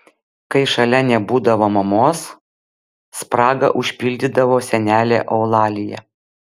kai šalia nebūdavo mamos spragą užpildydavo senelė eulalija